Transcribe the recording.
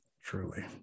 Truly